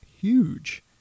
huge